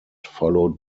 followed